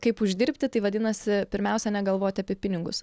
kaip uždirbti tai vadinasi pirmiausia negalvoti apie pinigus